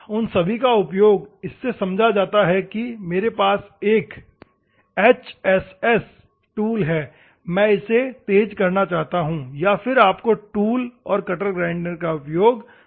उन सभी का उपयोग इससे समझा जाता है कि मेरे पास एक एचएसएस टूल है मैं इसे तेज करना चाहता हूं तो फिर आपको टूल और कटर ग्राइंडर का उपयोग लेना होगा